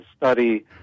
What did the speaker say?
study